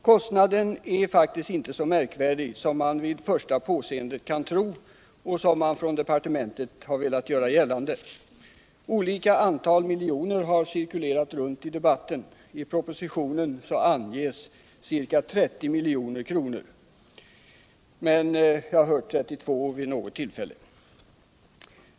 Kostnaden är faktiskt inte så märkvärdig som man vid första påseendet kan tro och som man från departementet har velat göra gällande. Olika antal miljoner har cirkulerat i debatten. I propositionen anges ca 30 milj.kr., men jag har hört siffran 32 nämnas vid något tillfälle.